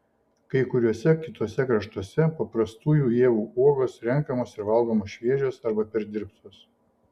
kai kuriuose kituose kraštuose paprastųjų ievų uogos renkamos ir valgomos šviežios arba perdirbtos